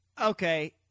Okay